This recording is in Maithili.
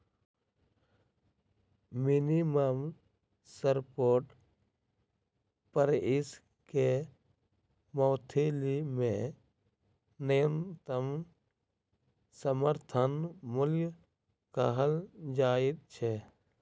मिनिमम सपोर्ट प्राइस के मैथिली मे न्यूनतम समर्थन मूल्य कहल जाइत छै